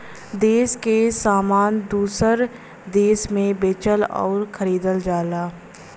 देस के सामान दूसर देस मे बेचल अउर खरीदल जाला